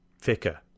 thicker